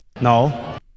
No